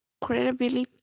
credibility